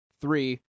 three